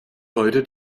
heute